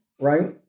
right